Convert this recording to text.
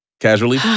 casually